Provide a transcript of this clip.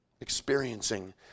experiencing